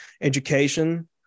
education